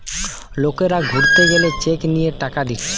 লোকরা ঘুরতে গেলে চেক দিয়ে টাকা দিচ্ছে